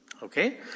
Okay